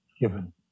given